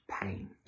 pain